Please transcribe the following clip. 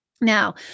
Now